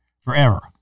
forever